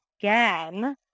again